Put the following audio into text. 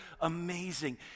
amazing